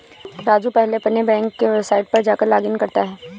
राजू पहले अपने बैंक के वेबसाइट पर जाकर लॉगइन करता है